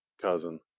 Cousin